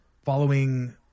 following